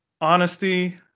honesty